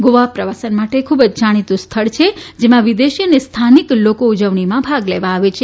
ગોવા પ્રવાસન માટે ખૂબ જ જાણીતું સ્થળ છે જેમાં વિદેશી અને સ્થાનિક લોકો ઉજવણીમાં ભાગ લેવા આવે છે